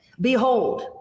Behold